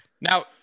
Now